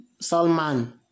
Salman